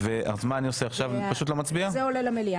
הצעת הוועדה התקבלה.